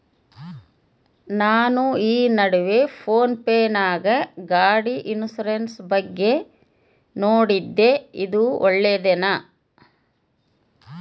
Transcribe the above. ನಾನು ಈ ನಡುವೆ ಫೋನ್ ಪೇ ನಾಗ ಗಾಡಿ ಇನ್ಸುರೆನ್ಸ್ ಬಗ್ಗೆ ನೋಡಿದ್ದೇ ಇದು ಒಳ್ಳೇದೇನಾ?